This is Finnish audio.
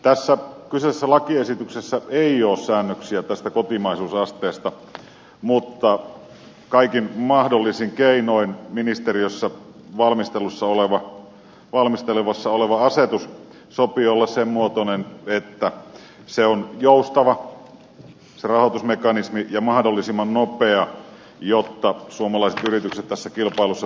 tässä kyseisessä lakiesityksessä ei ole säännöksiä kotimaisuusasteesta mutta kaikin mahdollisin keinoin ministeriössä valmistelussa olevan asetuksen sopii olla sen muotoinen että rahoitusmekanismi on joustava ja mahdollisimman nopea jotta suomalaiset yritykset tässä kilpailussa pärjäävät